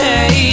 Hey